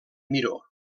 miró